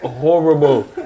Horrible